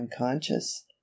unconscious